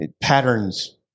patterns